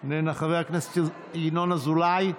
איננה, חבר הכנסת ינון אזולאי,